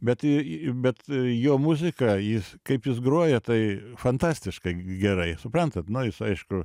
bet į į bet jo muzika jis kaip jis groja tai fantastiškai gerai suprantat nu jis aišku